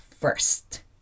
first